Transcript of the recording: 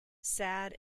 sad